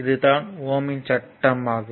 இது தான் ஓம் இன் சட்டம் ohm's law ஆகும்